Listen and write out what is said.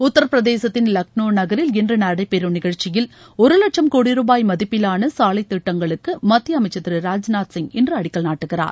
உத்தரபிரதேசத்தின் லக்னோ நகரில் இன்று நடைபெறும் நிகழ்ச்சியில் ஒரு லட்சம் கோடி ரூபாய் மதிப்பிலான சாலைத் திட்டங்களுக்கு மத்திய அமைச்சர் திரு ராஜ்நாத் சிங் இன்று அடிக்கல் நாட்டுகிறார்